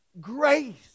Grace